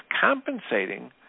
compensating